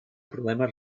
problemes